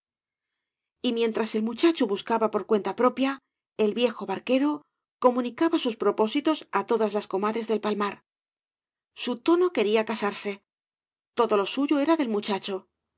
t mientras el muchacho buscaba por cuenta propia el viejo barquero comunicaba sus propósitos á todas las comadres del palmar su tono quería casarse todo lo suyo era del muchacho